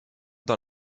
dans